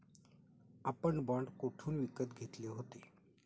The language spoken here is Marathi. आपण बाँड कोठून विकत घेतले होते?